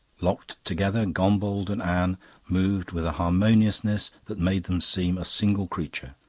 locked together, gombauld and anne moved with a harmoniousness that made them seem a single creature,